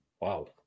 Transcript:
wow